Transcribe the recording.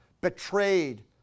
betrayed